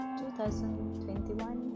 2021